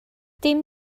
dim